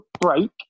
break